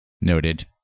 Noted